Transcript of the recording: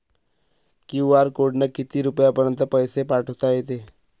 QR कोडनं किती रुपयापर्यंत पैसे पाठोता येते?